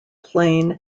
plain